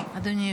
אדוני היושב-ראש,